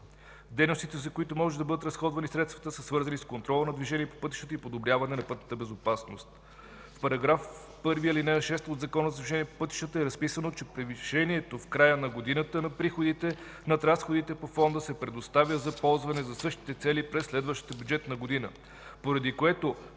Дейностите, за които могат да бъдат разходвани средствата, са свързани с контрола на движението по пътищата и подобряване на пътната безопасност. В § 1, ал. 6 от Закона за движение по пътищата е разписано, че превишението в края на годината на приходите над разходите по Фонда се предоставя за ползване за същите цели през следващата бюджетна година, поради което